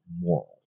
moral